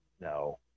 No